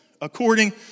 according